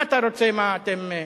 מה אתה רוצה, מה, אתם,